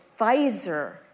Pfizer